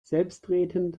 selbstredend